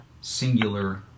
singular